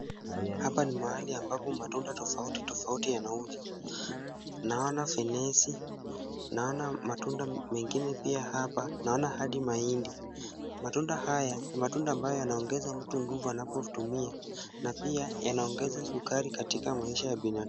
Hapa ni mahali ambapo matunda tofauti tofauti yanauzwa ,naona fenezi naona matunda mengine pia hapa, naona hadi mahindi , matunda haya ni matunda ambayo yanaongeza mtu nguvu anapotumia na pia yanaongeza sukari katika maisha ya binadamu.